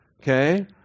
okay